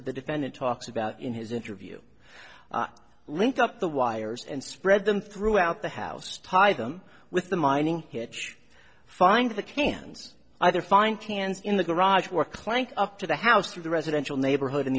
that the defendant talks about in his interview link up the wires and spread them throughout the house tie them with the mining hitch find the cans either find can in the garage or clank up to the house through the residential neighborhood in